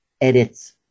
edits